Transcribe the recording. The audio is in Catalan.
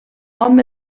hom